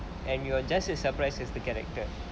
and you will just as surprise as the character